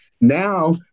Now